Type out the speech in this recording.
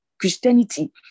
Christianity